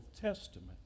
Testament